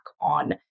on